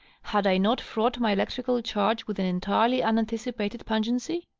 had i not fraught my electrical charge with an entirely unanticipated pungency?